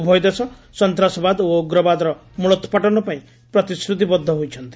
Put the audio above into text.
ଉଭୟ ଦେଶ ସନ୍ତାସବାଦ ଓ ଉଗ୍ରବାଦର ମୂଳୋତ୍ପାଟନ ପାଇଁ ପ୍ରତିଶ୍ରତିବଦ୍ଧ ହୋଇଛନ୍ତି